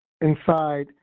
inside